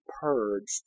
purged